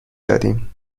دادیم